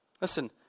Listen